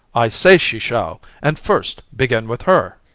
i say she shall and first begin with her.